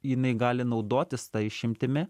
jinai gali naudotis ta išimtimi